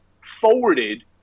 forwarded